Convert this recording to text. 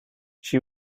she